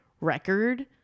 record